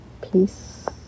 peace